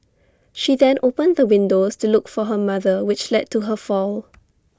she then opened the windows to look for her mother which led to her fall